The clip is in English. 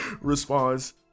responds